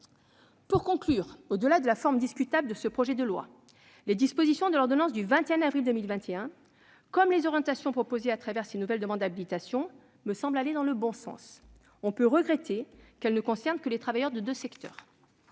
Pour conclure, au-delà de la forme discutable de ce projet de loi, les dispositions de l'ordonnance du 21 avril 2021 comme les orientations proposées à travers ces nouvelles demandes d'habilitation me semblent aller dans le bon sens. On peut toutefois regretter qu'elles ne concernent que les travailleurs de deux secteurs.